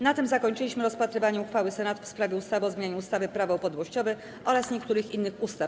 Na tym zakończyliśmy rozpatrywanie uchwały Senatu w sprawie ustawy o zmianie ustawy Prawo upadłościowe oraz niektórych innych ustaw.